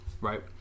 right